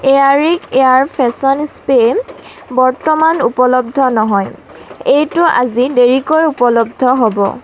এয়াৰিক air freshen spray বৰ্তমান উপলব্ধ নহয় এইটো আজি দেৰিকৈ ঊপলব্ধ হ'ব